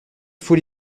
faut